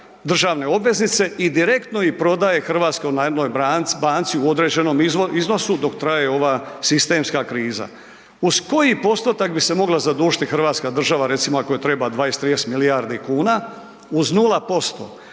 državne obveznice i direktno ih prodaje hrvatskoj jednoj banci u određenom iznosu dok traje ova sistemska kriza. Uz koji postotak bi se mogla zadužiti Hrvatska država, recimo ako joj treba 20, 30 milijardi kuna? Uz 0%.